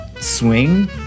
swing